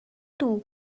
too